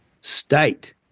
state